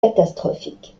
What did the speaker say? catastrophique